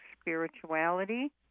spirituality